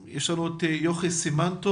יוכי סימן טוב